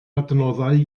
adnoddau